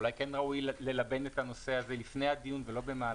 אולי ראוי ללבן את הנושא הזה לפני הדיון ולא במהלכו?